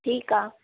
ठीकु आहे